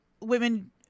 women